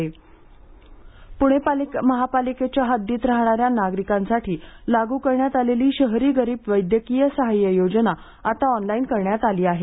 शहरी गरीब योजना प्णे महापालिकेच्या हद्दीत राहणाऱ्या नागरिकांसाठी लागू करण्यात आलेली शहरी गरीब वैद्यकीय सहाय्य योजना आता ऑनलाइन करण्यात आली आहे